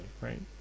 right